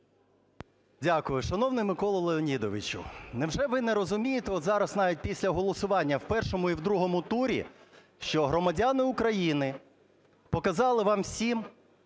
Дякую. Шановний Миколо Леонідовичу, невже ви не розумієте, от зараз навіть після голосування в першому і другому турі, що громадяни України показали вам всім,